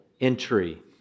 entry